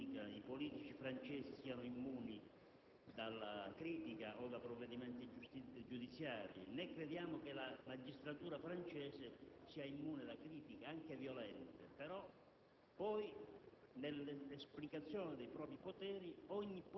Pensiamo alla Francia: non crediamo che i politici francesi siano immuni dalla critica o da provvedimenti giudiziari, né crediamo che la magistratura francese sia immune da critiche, anche violente,